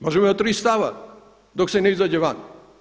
Možemo imati tri stava dok se ne izađe van.